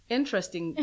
interesting